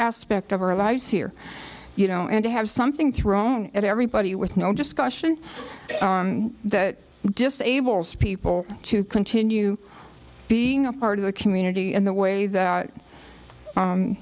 aspect of our lives here you know and to have something thrown at everybody with no discussion that disables people to continue being a part of the community in the way that